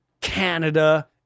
Canada